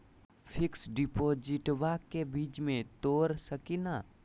Fix डिपोजिटबा के बीच में तोड़ सकी ना?